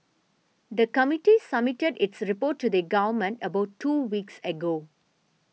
the committee submitted its report to the Government about two weeks ago